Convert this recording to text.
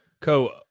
Co